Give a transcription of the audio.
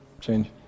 Change